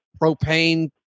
Propane